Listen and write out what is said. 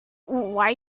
why